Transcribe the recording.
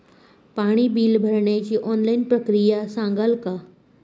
पाणी बिल भरण्याची ऑनलाईन प्रक्रिया सांगाल का?